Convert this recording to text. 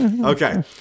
Okay